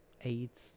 AIDS